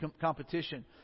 competition